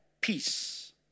peace